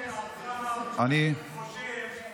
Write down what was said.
אני מזמין את,